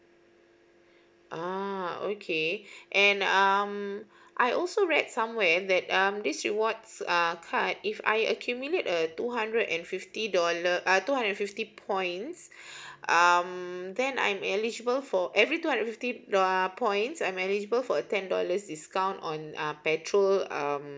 uh okay and um I also read somewhere that um this rewards uh card if I accumulate a two hundred and fifty dollar uh two hundred and fifty points um then I'm eligible for every two hundred and fifty err points I'm eligible for a ten dollars discount on uh petrol um